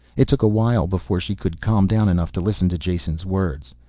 it took a while before she could calm down enough to listen to jason's words.